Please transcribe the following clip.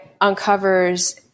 uncovers